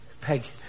Peg